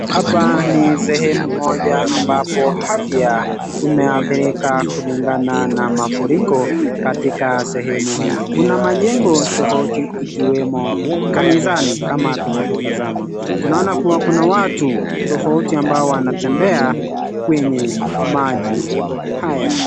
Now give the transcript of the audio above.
Hapa ni sehemu moja ambapo afya imeathirika kulingana na mafuriko katika sehemu hii. Kuna majengo tofauti ikiwemo kanisani kama tunavyotazama , tunaona kuwa kuna watu tofauti ambao wanatembea kwenye maji haya.